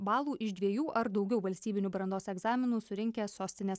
balų iš dviejų ar daugiau valstybinių brandos egzaminų surinkę sostinės